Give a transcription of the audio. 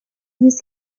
was